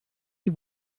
die